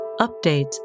updates